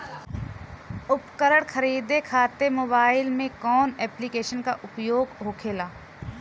उपकरण खरीदे खाते मोबाइल में कौन ऐप्लिकेशन का उपयोग होखेला?